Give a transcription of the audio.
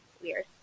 weird